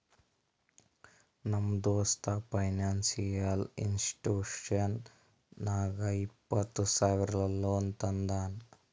ನಮ್ ದೋಸ್ತ financial institution ನಾಗ್ ಇಪ್ಪತ್ತ ಸಾವಿರ ಲೋನ್ ತಂದಾನ್